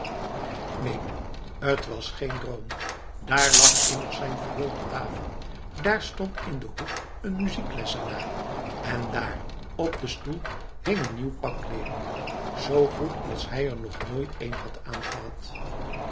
neen t was geen droom daar lag immers zijn viool op tafel daar stond in den hoek een muzieklessenaar en daar op den stoel hing een nieuw pak kleeren zoo goed als hij er nog nooit een had aangehad